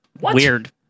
Weird